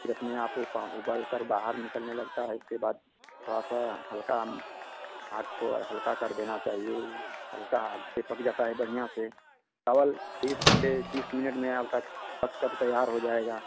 फ़िर अपने आप वह प उबलकर बाहर निकलने लगता है इसके बाद थोड़ा सा हल्का आग को हल्का कर देना चाहिए हल्का आग पर पक जाता है बढ़िया से चावल बीस से तीस मिनट में आपका पक कर तैयार हो जाएगा